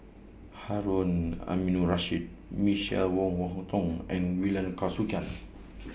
Harun Aminurrashid Michael Wong Wong Hong Teng and Kausikan